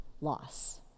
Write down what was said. loss